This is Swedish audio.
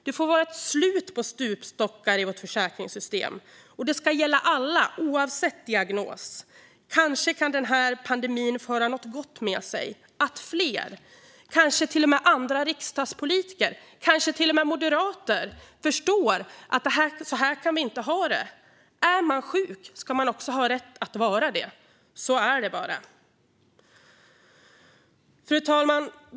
Det får vara slut på stupstockar i vårt försäkringssystem, och det ska gälla alla sjuka, oavsett diagnos. Kanske kan pandemin föra något gott med sig. Kanske kan fler, kanske till och med andra riksdagspolitiker, kanske till och med moderater, förstå att vi inte kan ha det så här. Är man sjuk ska man ha rätt att vara det. Så är det bara. Fru talman!